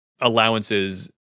allowances